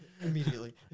Immediately